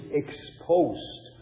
exposed